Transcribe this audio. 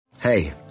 Hey